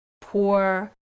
poor